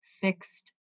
fixed